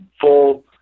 full